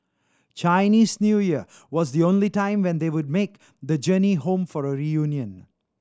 Chinese New Year was the only time when they would make the journey home for a reunion